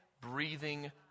breathing